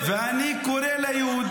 ואתה לא מדבר --- תעזור לי.